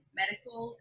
medical